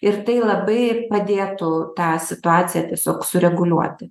ir tai labai padėtų tą situaciją tiesiog sureguliuoti